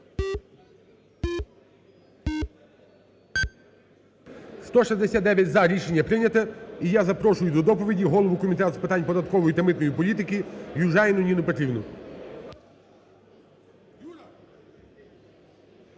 За-169 Рішення прийняте. І я запрошую до доповіді голову Комітету з питань податкової та митної політики Южаніну Ніну Петрівну.